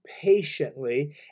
patiently